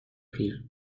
پیر